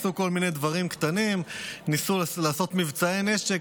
ניסו כל מיני דברים קטנים, ניסו לעשות מבצעי נשק.